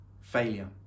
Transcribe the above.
failure